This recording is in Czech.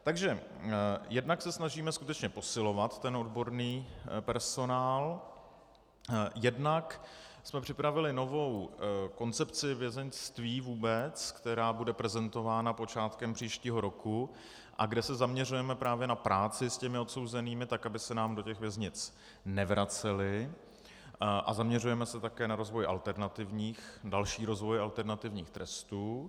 Takže jednak se snažíme skutečně posilovat ten odborný personál, jednak jsme připravili novou koncepci vězeňství vůbec, která bude prezentována počátkem příštího roku a kde se zaměřujeme právě na práci s odsouzenými tak, aby se do věznic nevraceli, a zaměřujeme se také na další rozvoj alternativních trestů.